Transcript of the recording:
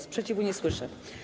Sprzeciwu nie słyszę.